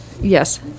Yes